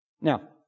Now